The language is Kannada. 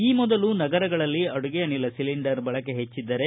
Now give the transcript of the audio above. ಈ ಮೊದಲು ನಗರಗಳಲ್ಲಿ ಅಡುಗೆ ಅನಿಲ ಸಿಲಿಂಡರ್ ಬಳಕೆ ಹೆಚ್ಚಿದ್ದರೆ